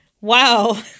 Wow